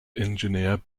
engineer